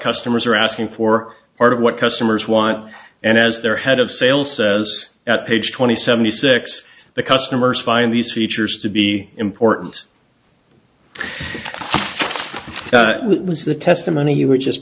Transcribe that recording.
customers are asking for part of what customers want and as their head of sales says at page twenty seventy six the customers find these features to be important was the testimony you were just